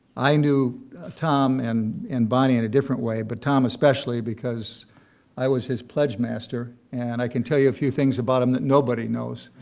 i knew tom and and bonnie in a different way, but tom especially because i was his pledge master, and i can tell you a few things about him that nobody knows.